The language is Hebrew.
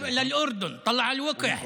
(אומר דברים בשפה הערבית,